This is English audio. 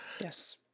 yes